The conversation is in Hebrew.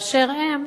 באשר הם,